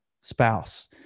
spouse